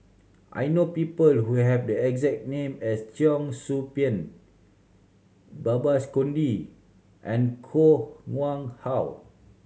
I know people who have the exact name as Cheong Soo Pieng Babes Conde and Koh Nguang How